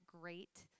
great